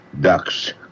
Ducks